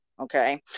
Okay